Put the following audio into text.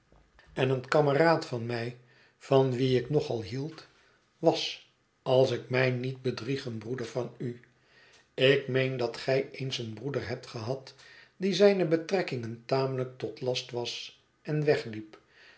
en een kameraad van mij van wien ik nog al hield was als ik mij niet bedrieg een broeder van u ik meen dat gij eens een broeder hebt gehad die zijne betrekkingen tamelijk tot last was en wegliep